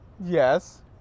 yes